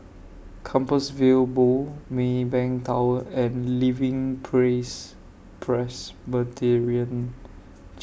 Compassvale Bow Maybank Tower and Living Praise Presbyterian